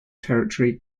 territory